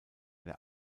der